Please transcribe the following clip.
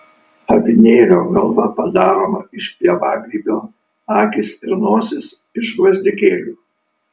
avinėlio galva padaroma iš pievagrybio akys ir nosis iš gvazdikėlių